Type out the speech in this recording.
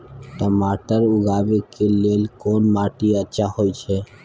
टमाटर उगाबै के लेल कोन माटी अच्छा होय है?